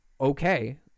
okay